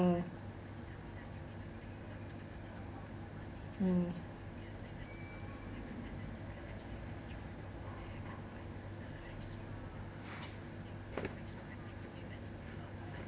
mm